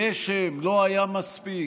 גשם לא היה מספיק,